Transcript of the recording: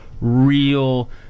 real